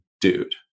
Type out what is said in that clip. dude